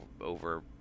over